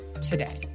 today